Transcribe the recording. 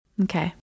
Okay